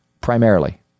primarily